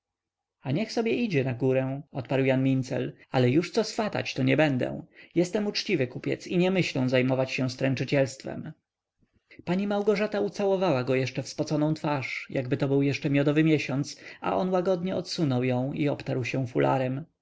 a niech sobie idzie na górę odparł jan mincel ale już co swatać to nie będę jestem uczciwy kupiec i nie myślę zajmować się stręczycielstwem pani małgorzata ucałowała go w spoconą twarz jakby to był jeszcze miodowy miesiąc a on łagodnie odsunął ją i obtarł się fularem